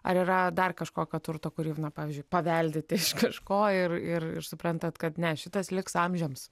ar yra dar kažkokio turto kurį pavyzdžiui paveldėti iš kažko ir ir suprantat kad ne šitas liks amžiams